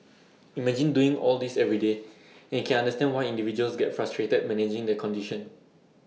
imagine doing all this every day and can understand why individuals get frustrated managing their condition